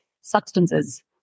substances